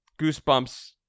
Goosebumps